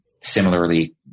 similarly